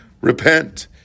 Repent